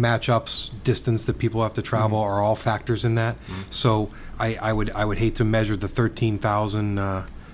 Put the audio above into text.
match ups distance that people have to travel are all factors in that so i would i would hate to measure the thirteen thousand